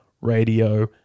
Radio